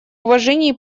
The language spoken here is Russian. уважение